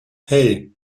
hei